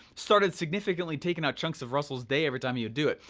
started significantly taking out chunks of russell's day every time he would do it,